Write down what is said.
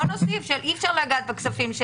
בוא נוסיף שאי אפשר לגעת בכספים של